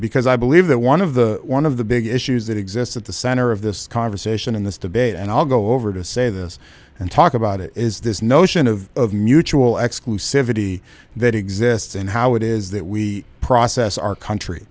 because i believe that one of the one of the big issues that exists at the center of this conversation in this debate and i'll go over to say this and talk about it is this notion of mutual exclusivity that exists and how it is that we process our country